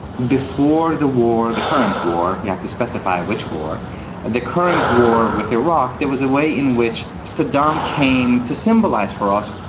before the war, the current war you have to specify which war the current war with iraq, there was a way in which saddam came to symbolize for us,